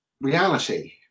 reality